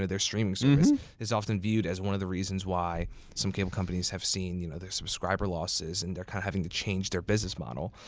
ah their stream is often viewed as one of the reasons why some cable companies have seen you know their subscriber losses, and they're kind of having to change their business model.